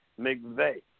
McVeigh